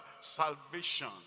salvation